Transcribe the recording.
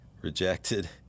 rejected